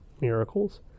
Miracles